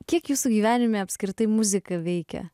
kiek jūsų gyvenime apskritai muzika veikia